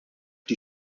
die